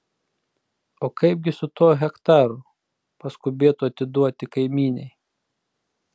o kaipgi su tuo hektaru paskubėtu atiduoti kaimynei